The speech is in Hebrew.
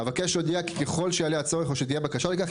אבקש להודיע כי ככל שיעלה הצורך או שתהיה בקשה לכך,